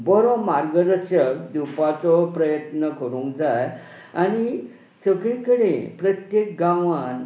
बरो मार्गदर्शक दिवपाचो प्रयत्न करूंक जाय आनी सगळी कडेन प्रत्येक गांवान